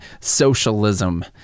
socialism